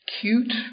cute